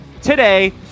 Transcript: today